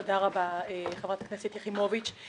תודה רבה חברת הכנסת יחימוביץ.